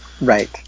Right